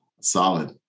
Solid